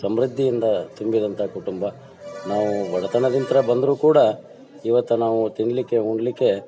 ಸಮೃದ್ಧಿಯಿಂದ ತುಂಬಿದಂಥ ಕುಟುಂಬ ನಾವು ಬಡತನದಿಂತ ಬಂದರೂ ಕೂಡ ಇವತ್ತು ನಾವು ತಿನ್ನಲಿಕ್ಕೆ ಉಣ್ಣಲಿಕ್ಕೆ